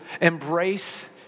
embrace